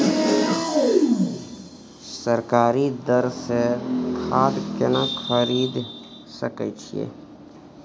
सरकारी दर से खाद केना खरीद सकै छिये?